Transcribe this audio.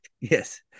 Yes